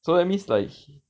so that means like he